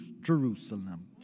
Jerusalem